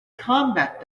combat